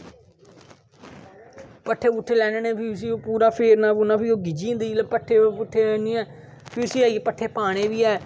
पट्ठे पोट्ठे लेई आह्नने फिर उसी पूरा फेरना फिर ओह् गिज्झै जंदी जिसले पठ्ठे आहनियै फिर उसी आइयै पट्ठे पाने बी ऐ